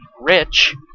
rich